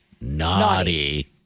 Naughty